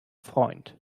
freund